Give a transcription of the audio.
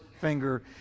finger